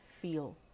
feel